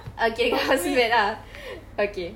okay house mate ah okay